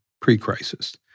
pre-crisis